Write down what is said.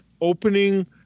opening